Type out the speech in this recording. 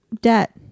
debt